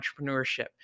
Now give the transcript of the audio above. entrepreneurship